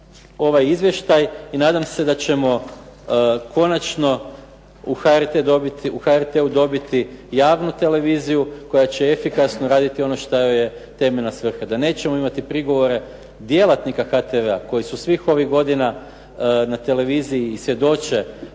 ovaj izvještaj i nadam se da ćemo konačno u HRT-u dobiti javnu televiziju koja će efikasno raditi ono što joj je temeljna svrha, da nećemo imati prigovore djelatnika HTV-a koji su svih ovih godina na televiziji i svjedoče